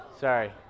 Sorry